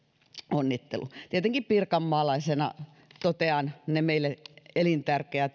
onnittelu tietenkin pirkanmaalaisena totean että niitä meille elintärkeitä